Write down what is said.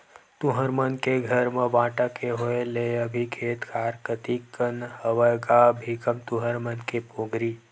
तुँहर मन के घर म बांटा के होय ले अभी खेत खार कतिक कन हवय गा भीखम तुँहर मन के पोगरी?